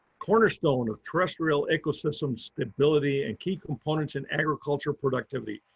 cornerstone of terrestrial ecosystems ability and key components in agricultural productivity,